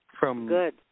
Good